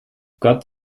gott